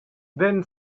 then